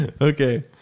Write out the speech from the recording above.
Okay